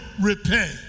repay